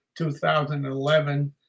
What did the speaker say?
2011